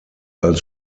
als